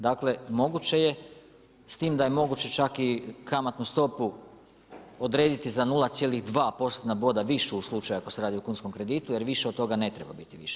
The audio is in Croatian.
Dakle, moguće je, s tim da je moguće čak i kamatnu stopu odrediti za 0,2 postotna boda više u slučaju ako se radi o kunskom kreditu jer više od toga ne treba biti više.